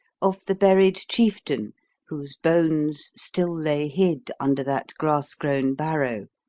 of the buried chieftain whose bones still lay hid under that grass-grown barrow,